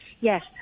Yes